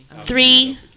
three